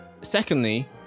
Secondly